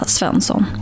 Svensson